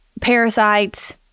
parasites